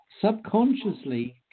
subconsciously